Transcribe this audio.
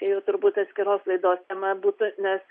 tai jau turbūt atskiros laidos tema būtų nes